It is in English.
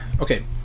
Okay